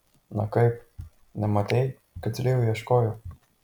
na kaip nematei kad zylė jo ieško